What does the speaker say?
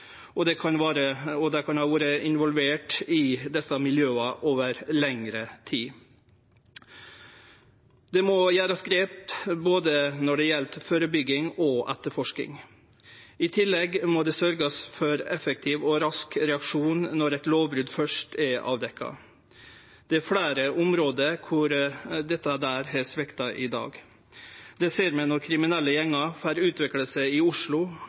og ungdommen kan ha vore involvert i desse miljøa over lengre tid. Det må takast grep når det gjeld både førebygging og etterforsking. I tillegg må ein sørgje for effektiv og rask reaksjon når eit lovbrot først er avdekt. Det er fleire område der dette har svikta i dag. Det ser vi når kriminelle gjengar får utvikle seg i Oslo